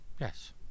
Yes